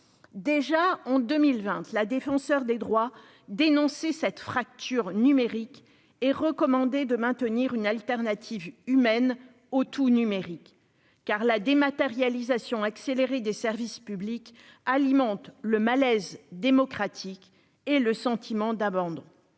déjà en 2020 la défenseure des droits dénoncer cette fracture numérique est recommandé de maintenir une alternative humaine au tout numérique car la dématérialisation accélérée des services publics alimentent le malaise démocratique et le sentiment d'abandon,